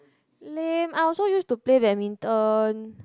lame I also use to play badminton